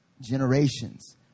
generations